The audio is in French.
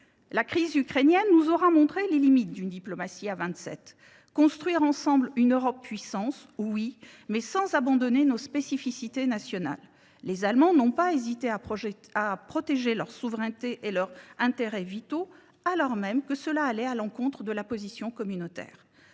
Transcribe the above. La crise ukrainienne nous aura montré les limites d’une diplomatie à vingt sept. Construire ensemble une Europe puissance, oui, mais sans abandonner nos spécificités nationales ! Ainsi, les Allemands n’ont pas hésité à protéger leur souveraineté et leurs intérêts vitaux, alors même que leur position allait à l’encontre de la position communautaire.